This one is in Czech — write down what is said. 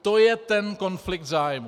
To je ten konflikt zájmů.